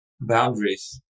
boundaries